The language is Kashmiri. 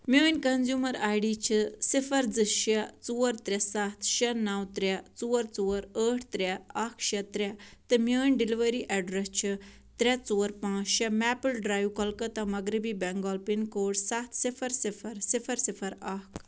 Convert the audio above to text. میٛٲنۍ کنزیٛومر آے ڈی چھِ صِفَر زٕ شےٚ ژور ترٛےٚ سَتھ شےٚ نَو ترٛےٚ ژور ژور ٲٹھ ترٛےٚ اَکھ شےٚ ترٛےٚ تہٕ میٛٲنۍ ڈیٚلؤری ایٚڈرَس چھُ ترٛےٚ ژور پانٛژھ شےٚ میپٕل ڈرٛایو کولکتہ مغربی بنٛگال پِن کوڈ سَتھ صِفَر صِفَر صِفَر صِفَر اَکھ